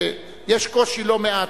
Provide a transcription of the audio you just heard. ויש קושי לא מועט,